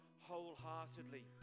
wholeheartedly